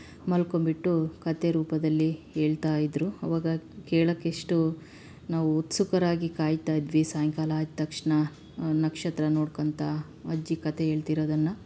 ಮಲ್ಕೊಂಡ್ಬಿಟ್ಟು ಕಥೆ ರೂಪದಲ್ಲಿ ಹೇಳ್ತಾ ಇದ್ದರು ಅವಾಗ ಕೇಳಕ್ಕೆ ಎಷ್ಟು ನಾವು ಉತ್ಸುಕರಾಗಿ ಕಾಯುತ್ತಾ ಇದ್ವಿ ಸಾಯಂಕಾಲ ಆದ ತಕ್ಷಣ ನಕ್ಷತ್ರ ನೋಡ್ಕೊಂತಾ ಅಜ್ಜಿ ಕಥೆ ಹೇಳ್ತಿರೋದನ್ನ